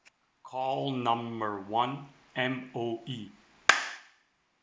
call number one M_O_E